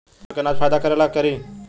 सरसो के अनाज फायदा करेला का करी?